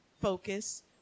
focus